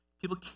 People